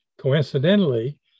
coincidentally